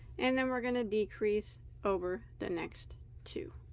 and then we're going to decrease over the next two